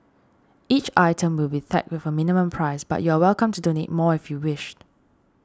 each item will be tagged with a minimum price but you're welcome to donate more if you wish